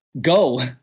go